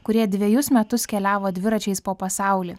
kurie dvejus metus keliavo dviračiais po pasaulį